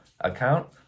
account